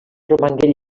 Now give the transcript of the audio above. romangué